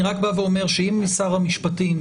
אני רק בא ואומר שאם שר המשפטים,